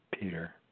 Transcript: Peter